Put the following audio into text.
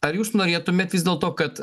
ar jūs norėtumėt vis dėlto kad